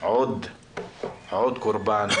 עוד קורבן,